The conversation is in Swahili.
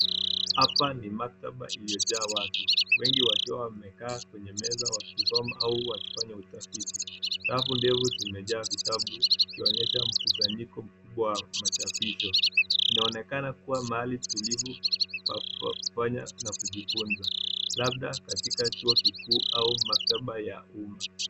Hapa ni maktaba iliyojaa watu, wengi wakiwa wamekaa kwenye meza wakisoma au wakifanya utafiti. Rafu ndefu zimejaa vitabu ikionyesha mkusanyiko mkubwa wa machapisho. Inaonekama kuwa mahali tulivu pa kufanya na kujifunza, labda katika chuo kikuu au maktaba ya umma.